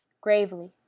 Gravely